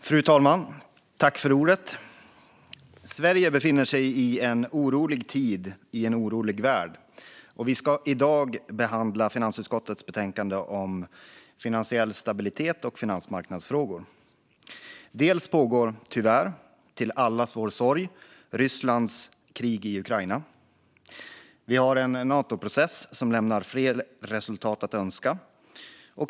Fru talman! Sverige befinner sig i en orolig tid i en orolig värld, och vi ska i dag behandla finansutskottets betänkande om finansiell stabilitet och finansmarknadsfrågor. Tyvärr pågår till allas vår sorg Rysslands krig i Ukraina. Vi har en Natoprocess som lämnar fler resultat att önska.